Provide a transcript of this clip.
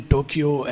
Tokyo